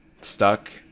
stuck